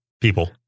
people